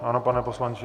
Ano, pane poslanče.